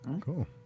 Cool